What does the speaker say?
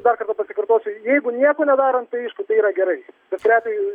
dar kartą pasikartosiu jeigu nieko nedarom tai aišku tai yra gerai bet realiai